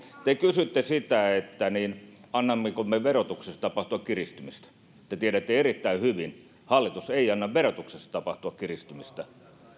te kysytte sitä annammeko me verotuksessa tapahtua kiristymistä te tiedätte erittäin hyvin hallitus ei anna verotuksessa tapahtua kiristymistä